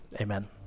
Amen